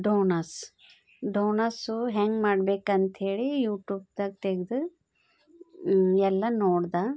ಢೋನಸ್ ಢೋನಸ್ಸು ಹೆಂಗೆ ಮಾಡಬೇಕಂಥೇಳಿ ಯೂಟೂಬ್ದಾಗ ತೆಗ್ದು ಎಲ್ಲ ನೋಡ್ದೆ